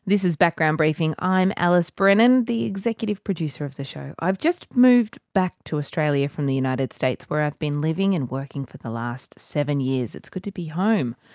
this is background briefing, i'm alice brennan, the executive producer of the show. i've just moved back to australia from the united states where i've been living and working for the last seven years. it's good to be home.